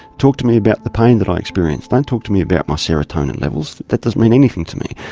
talk to me about the pain that i experience, don't talk to me about my serotonin levels, that doesn't mean anything to me.